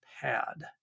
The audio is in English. pad